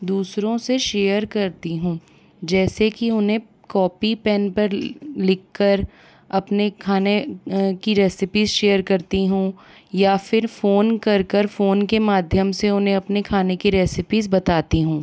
दूसरों से शेयर करती हूँ जैसे कि उन्हें कॉपी पेन पर ली लिख कर अपने खाने की रेसिपीस शेयर करती हूँ या फिर फ़ोन कर कर फ़ोन के माध्यम से उन्हें अपने खाने की रेसिपीस बताती हूँ